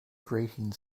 grating